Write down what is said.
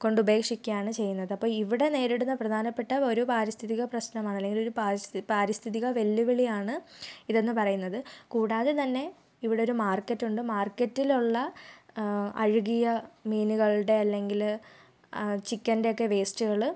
കൊണ്ട് ഉപേക്ഷിക്കുകയാണ് ചെയ്യുന്നത് അപ്പോൾ ഇവിടെ നേരിടുന്ന പ്രധാനപ്പെട്ട ഒരു പാരിസ്ഥിതിക പ്രശനം അതല്ലെങ്കിൽ ഒരു പാരിസ്ഥി പാരിസ്ഥിതിക വെല്ലുവിളിയാണ് ഇതെന്ന് പറയുന്നത് കൂടാതെ തന്നെ ഇവിടെയൊരു മാർക്കറ്റ് ഉണ്ട് മാർക്കറ്റിലുള്ള അഴുകിയ മീനുകളുടെ അല്ലെങ്കിൽ ചിക്കൻ്റെ ഒക്കെ വേസ്റ്റുകൾ